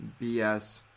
BS